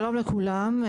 שלום לכולם,